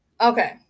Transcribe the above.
Okay